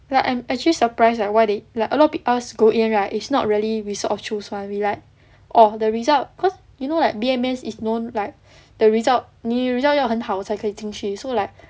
ya I'm actually surprised at why they like a lot of us go in right is not really we sort of choose [one] we like oh the result cause you know like B_M_S is known like the result 你的 result 要很好才可以进去 so like